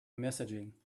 messaging